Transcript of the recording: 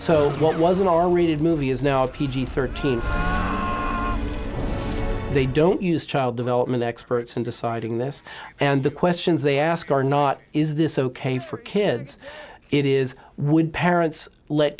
so what was an r rated movie is now a p g thirteen they don't use child development experts in deciding this and the questions they ask are not is this ok for kids it is would parents let